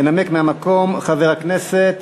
ינמק מהמקום חבר הכנסת